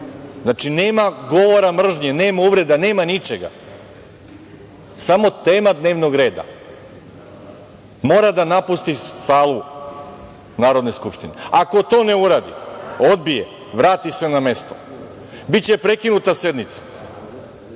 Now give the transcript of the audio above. znači nema govora mržnje, nema uvreda, nema ničega, samo tema dnevnog reda, mora da napusti salu Narodne skupštine. Ako to ne uradi, odbije, vrati se na mesto, biće prekinuta sednica,